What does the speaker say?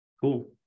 Cool